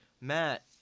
Matt